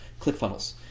ClickFunnels